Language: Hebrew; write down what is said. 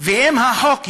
ואם החוק יאושר,